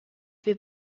fait